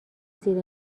زیر